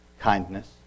Kindness